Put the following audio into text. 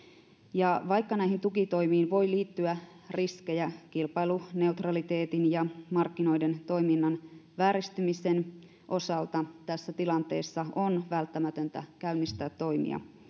ja vaikka näihin tukitoimiin voi liittyä riskejä kilpailuneutraliteetin ja markkinoiden toiminnan vääristymisen osalta tässä tilanteessa on välttämätöntä käynnistää toimia